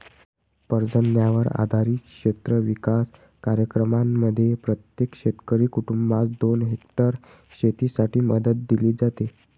पर्जन्यावर आधारित क्षेत्र विकास कार्यक्रमांमध्ये प्रत्येक शेतकरी कुटुंबास दोन हेक्टर शेतीसाठी मदत दिली जाते